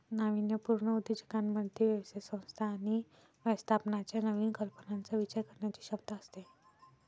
नाविन्यपूर्ण उद्योजकांमध्ये व्यवसाय संस्था आणि व्यवस्थापनाच्या नवीन कल्पनांचा विचार करण्याची क्षमता असते